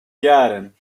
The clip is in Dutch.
jaren